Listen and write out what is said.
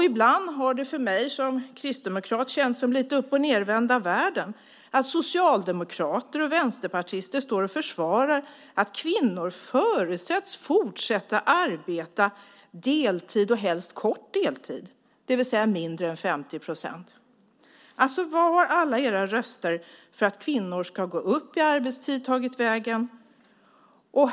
Ibland har det för mig som kristdemokrat känts lite som uppochnedvända världen att socialdemokrater och vänsterpartister står och försvarar att kvinnor förutsätts fortsätta arbeta deltid och helst kort deltid, det vill säga mindre än 50 %. Vart har alla era röster för att kvinnor ska gå upp i arbetstid tagit vägen?